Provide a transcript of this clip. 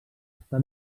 està